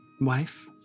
Wife